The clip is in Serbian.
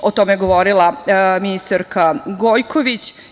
O tome je govorila ministarka Gojković.